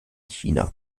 china